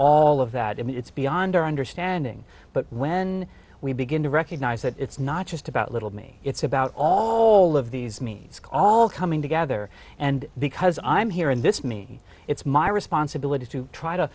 all of that and it's beyond our understanding but when we begin to recognize that it's not just about little me it's about all of these means call come together and because i'm here in this me it's my responsibility to try to